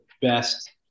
best